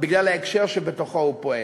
בגלל ההקשר שבתוכו הוא פועל.